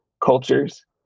cultures